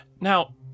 now